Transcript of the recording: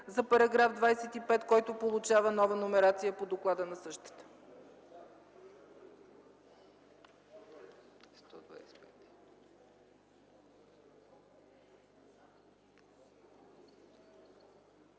за § 125, който получава нова номерация по доклада на същата.